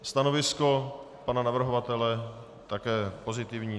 Stanovisko pana navrhovatele je také pozitivní.